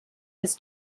his